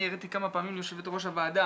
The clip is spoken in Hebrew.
אני הראיתי כמה פעמים ליו"ר הוועדה,